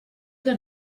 que